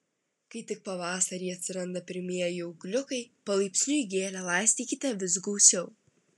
kai tik pavasarį atsiranda pirmieji ūgliukai palaipsniui gėlę laistykite vis gausiau